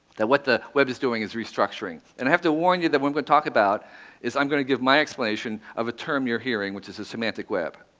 that what the web is doing is restructuring. and i have to warn you, that what we'll talk about is i'm going to give my explanation of a term you're hearing, is a semantic web.